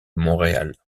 montréal